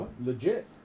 legit